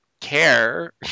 care